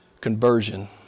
Conversion